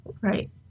right